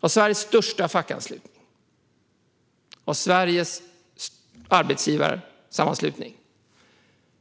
Om Sveriges största facksammanslutning och Sveriges arbetsgivarsammanslutning